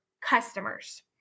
customers